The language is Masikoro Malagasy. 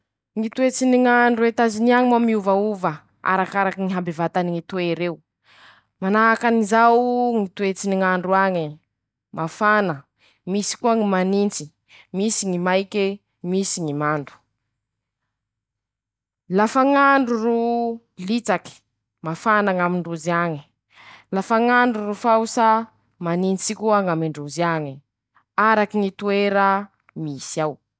Ñy toetsy ny ñ'andro Etazony añy moa: Miovaova, arakaraky ñy habeta ny ñy toereo, manahakan'izao Ñy toetsy ny ñ'andro añy, mafana, misy koa ñy manintsy, misy ñy maike, misy ñy mando, lafa ñ'andro ro litsaky, mafana ñ'amindrozy añe, lafa ñ'andro ro faosa, manintsy koa ñ'amindrozy añy, araky ñy toera misy ao.